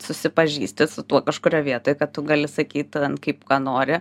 susipažįsti su tuo kažkuroj vietoj kad tu gali sakyt kaip ką nori